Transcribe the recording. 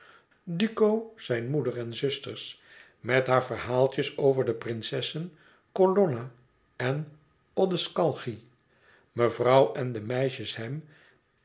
duco zijne moeder en zusters met hare verhaaltjes over de prinsessen colonna en odescalchi mevrouw en de meisjes hem